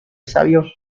sabio